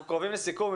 אנחנו קרובים לסיכום.